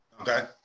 Okay